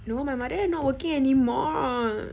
no my mother not working anymore